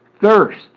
Thirst